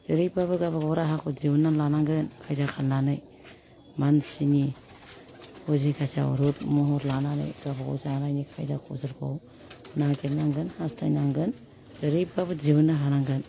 जेरैबाबो गावबा गाव राहाखौ दिहुनना लानांगोन खायदा खालायनानै मानसिनि उजिगासेआव रुप महर लानानै गावबा गाव जानायनि खायदाखौ फोरखौ नागिरनांगोन हास्थायनांगोन जेरैबाबो दिहुननो हानांगोन